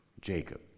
Jacob